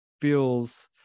feels